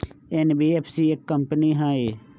NBFC एक company हई?